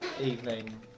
evening